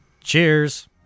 Cheers